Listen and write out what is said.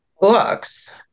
books